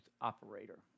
operator